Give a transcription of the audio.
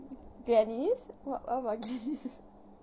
gladys what what about gladys